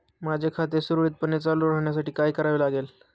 माझे खाते सुरळीतपणे चालू राहण्यासाठी काय करावे लागेल?